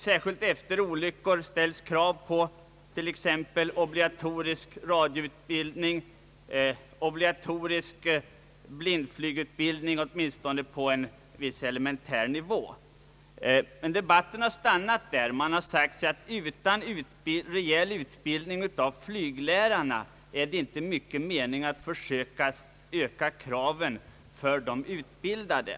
Särskilt efter olyckor ställs krav på t.ex. obligatorisk radioutbildning och åtminstone viss begränsad blindflygutbildning. Men debatten har stannat där. Det har sagts att utan rejäl utbildning av flyglärarna är det inte stor mening med att försöka öka kraven för de utbildade.